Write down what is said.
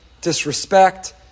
disrespect